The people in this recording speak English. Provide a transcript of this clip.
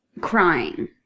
crying